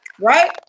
right